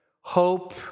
Hope